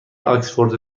آکسفورد